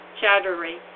Chattery